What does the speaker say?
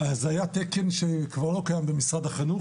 אז היה תקן שכבר לא קיים במשרד החינוך